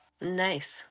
Nice